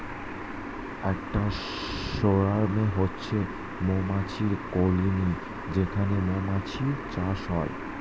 একটা সোয়ার্ম হচ্ছে মৌমাছির কলোনি যেখানে মৌমাছির চাষ হয়